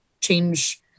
change